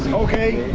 okay